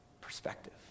Perspective